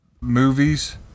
movies